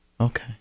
Okay